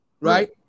right